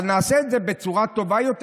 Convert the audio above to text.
אבל נעשה את זה בצורה טובה יותר,